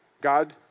God